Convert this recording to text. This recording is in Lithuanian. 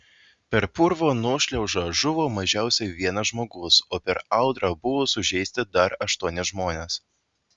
per purvo nuošliaužą žuvo mažiausiai vienas žmogus o per audrą buvo sužeisti dar aštuoni žmonės